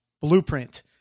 Blueprint